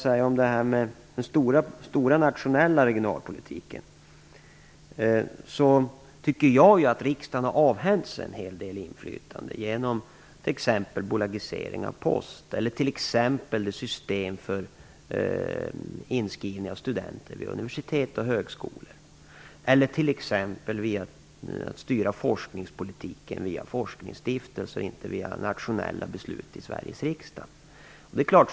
När det gäller den stora nationella regionalpolitiken tycker jag att riksdagen har avhänt sig en hel del inflytande genom t.ex. bolagiseringen av Posten, systemet för inskrivning av studenter vid universitet och högskolor och genom att styra forskningspolitiken via forskningsstiftelser och inte via nationella beslut i Sveriges riksdag.